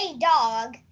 dog